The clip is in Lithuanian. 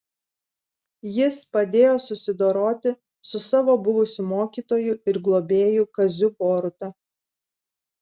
jis padėjo susidoroti su savo buvusiu mokytoju ir globėju kaziu boruta